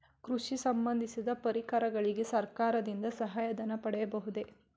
ಕೃಷಿಗೆ ಸಂಬಂದಿಸಿದ ಪರಿಕರಗಳಿಗೆ ಸರ್ಕಾರದಿಂದ ಸಹಾಯ ಧನ ಪಡೆಯಬಹುದೇ?